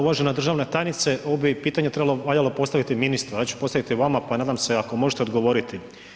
Uvažena državna tajnice, ovo bi pitanje valjalo postaviti ministru, ja ću je postaviti vama, pa nadam se ako možete odgovoriti.